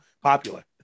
popular